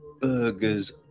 Burgers